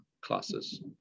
classes